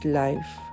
life